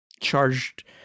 charged